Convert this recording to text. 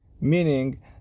meaning